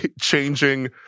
changing